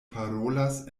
parolas